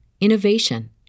innovation